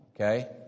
okay